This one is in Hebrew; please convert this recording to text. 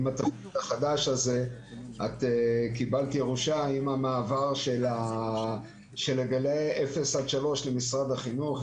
כחלק מהתפקיד החדש קיבלת ירושה עם המעבר של גילאי 3-0 למשרד החינוך,